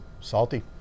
salty